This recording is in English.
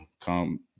come